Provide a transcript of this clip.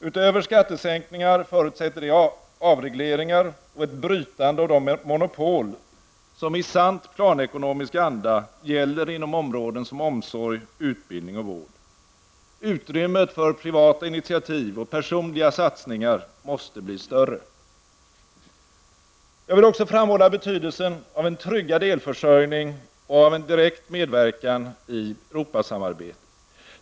Utöver skattesänkningar förutsätter det avregleringar och ett brytande av de monopol som i sant planekonomisk anda gäller inom områden som omsorg, utbildning och vård. Utrymmet för privata initiativ och personliga satsningar måste bli större! Jag vill också framhålla betydelsen av en tryggad elförsörjning och av en direkt medverkan i Europasamarbetet.